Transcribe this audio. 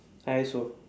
I also